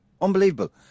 unbelievable